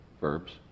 verbs